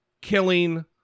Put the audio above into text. killing